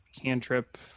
Cantrip